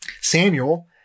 Samuel